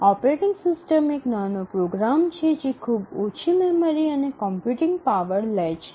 operating system એક નાનો program છે જે ખૂબ ઓછી મેમરી અને કમ્પ્યુટિંગ પાવર લે છે